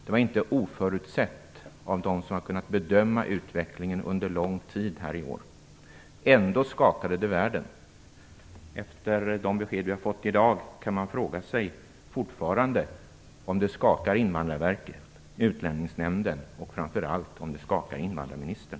Det var inte oförutsett av dem som har kunnat bedöma utvecklingen under en längre tid av året, men ändå skakade det världen. Efter de besked som vi i dag har fått kan man fortfarande fråga sig om det skakar Invandrarverket, Utlänningsnämnden och framför allt invandrarministern.